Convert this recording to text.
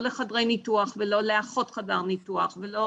לחדרי ניתוח ולא לאחות חדר ניתוח ולא